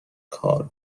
کار